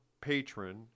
patron